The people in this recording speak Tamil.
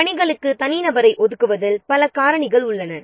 பணிகளுக்கு தனி நபரை ஒதுக்குவதில் பல காரணிகள் உள்ளன